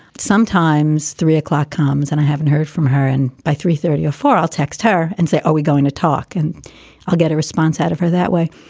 sometimes three o'clock comes and i haven't heard from her. and by three thirty or four, i'll text her and say, are we going to talk? and i'll get a response out of her that way.